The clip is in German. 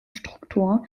struktur